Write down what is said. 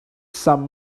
some